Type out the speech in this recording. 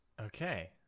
Okay